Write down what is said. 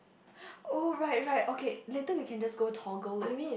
oh right right okay later we can just to toggle it